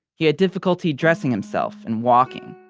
he had difficulty dressing himself and walking.